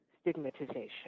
stigmatization